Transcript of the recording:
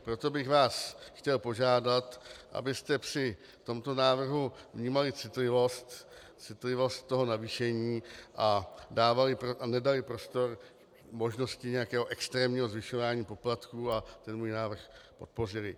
Proto bych vás chtěl požádat, abyste při tomto návrhu vnímali citlivost toho navýšení a nedali prostor možnosti nějakého extrémního zvyšování poplatku a ten můj návrh podpořili.